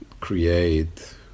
create